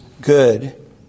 good